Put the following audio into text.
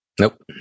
Nope